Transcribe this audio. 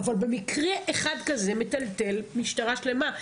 אבל מקרה אחד כזה מטלטל משטרה שלמה.